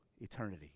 eternity